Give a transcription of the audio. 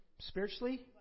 Spiritually